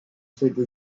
cette